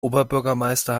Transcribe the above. oberbürgermeister